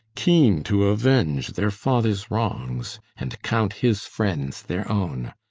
keen to avenge their father's wrongs, and count his friends their own.